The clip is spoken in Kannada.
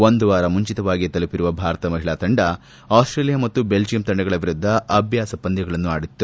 ಒಂದು ವಾರ ಮುಂಚಿತವಾಗಿಯೇ ತಲುಪಿರುವ ಭಾರತ ತಂಡ ಆಸ್ಟೇಲಿಯಾ ಮತ್ತು ಬೆಲ್ಲಿಯಮ್ ತಂಡಗಳ ವಿರುದ್ದ ಅಭ್ಲಾಸ ಪಂದ್ಲ ಆಡಿತ್ತು